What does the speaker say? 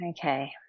okay